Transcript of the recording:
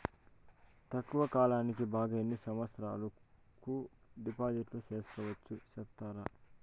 తక్కువ కాలానికి గా ఎన్ని సంవత్సరాల కు డిపాజిట్లు సేసుకోవచ్చు సెప్తారా